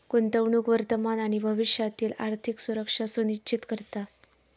गुंतवणूक वर्तमान आणि भविष्यातील आर्थिक सुरक्षा सुनिश्चित करता